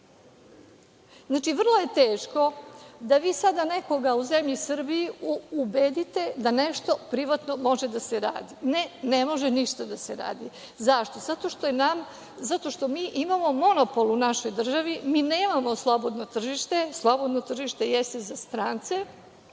budžet? Znači, vrlo je teško da vi sada nekoga u zemlji Srbiji ubedite da nešto privatno može da se radi. Ne, ne može ništa da se radi. Zašto? Zato što mi imamo monopol u našoj državi. Mi nemamo slobodno tržište. Slobodno tržište jeste za strance